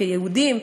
כיהודים,